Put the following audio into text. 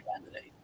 candidate